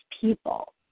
people